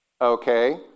Okay